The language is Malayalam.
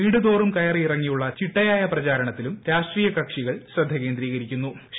വീടുതോറും കയറിയിറങ്ങിയുള്ള ചിട്ടയായ പ്രചാരണത്തിലും രാഷ്ട്രീയ കക്ഷികൾ ശ്രദ്ധ കേന്ദ്രീകരിക്കുന്നു്